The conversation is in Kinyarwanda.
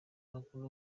amakuru